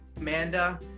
Amanda